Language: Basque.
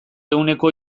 ehuneko